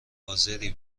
حاضری